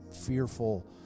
fearful